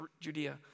Judea